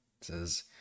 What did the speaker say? says